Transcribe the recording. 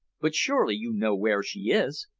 but surely you know where she is?